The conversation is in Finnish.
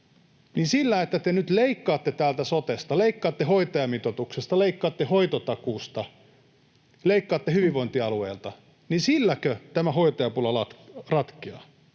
niin silläkö, että te nyt leikkaatte täältä sotesta, leikkaatte hoitajamitoituksesta, leikkaatte hoitotakuusta ja leikkaatte hyvinvointialueilta, tämä hoitajapula ratkeaa?